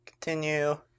Continue